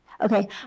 Okay